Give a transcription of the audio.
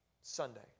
Sunday